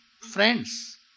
friends